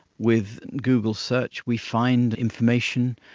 with google search we find information,